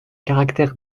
caractère